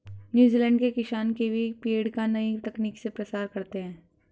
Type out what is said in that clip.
New Zealand के किसान kiwi पेड़ का नई तकनीक से प्रसार करते हैं